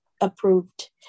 approved